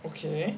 okay